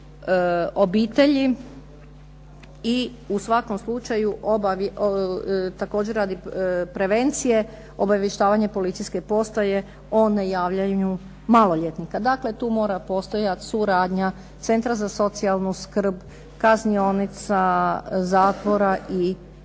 obitelji i u svakom slučaju također radi prevencije obavještavanje policijske postaje o nejavljanju maloljetnika. Dakle tu mora postojati suradnja Centra za socijalnu skrb, kaznionica, zatvora i